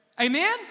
Amen